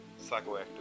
psychoactive